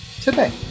today